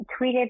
tweeted